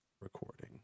Recording